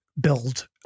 build